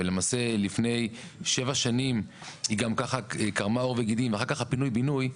ולפני שבע שנים זה קרם עור וגידים ואחר כך ה פינוי-בינוי.